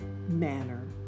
manner